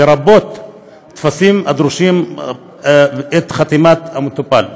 לרבות טפסים הדורשים את חתימת המטופל.